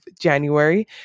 January